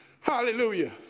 hallelujah